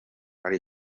ari